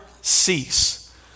cease